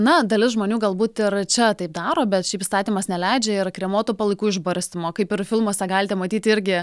na dalis žmonių galbūt ir čia taip daro bet šiaip įstatymas neleidžia ir kremuotų palaikų išbarstymo kaip ir filmuose galite matyti irgi